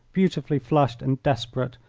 beautifully flushed and desperate,